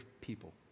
people